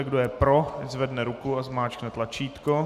Kdo je pro, ať zvedne ruku a zmáčkne tlačítko.